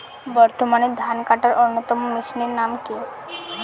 বর্তমানে ধান কাটার অন্যতম মেশিনের নাম কি?